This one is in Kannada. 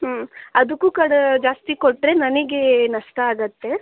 ಹ್ಞೂ ಅದಕ್ಕೂ ಕಡ ಜಾಸ್ತಿ ಕೊಟ್ಟರೆ ನನಗೆ ನಷ್ಟ ಆಗುತ್ತೆ